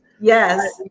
Yes